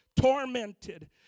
Tormented